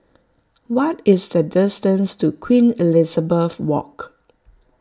what is the distance to Queen Elizabeth Walk